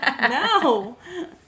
No